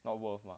not worth